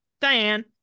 Diane